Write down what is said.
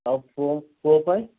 ଆଉ ପୁଅ ପୁଅ ପାଇଁ